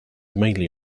mainly